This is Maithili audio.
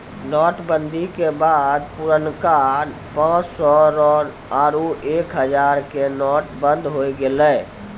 नोट बंदी के बाद पुरनका पांच सौ रो आरु एक हजारो के नोट बंद होय गेलै